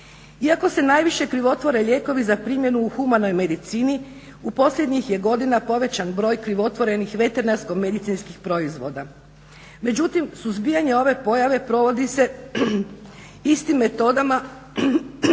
Iako se najviše krivotvore lijekovi za primjenu u humanoj medicini posljednjih je godina povećan broj krivotvorenih veterinarsko-medicinskih proizvoda. Međutim, suzbijanje ove pojave provodi se istim metodama i za